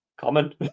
common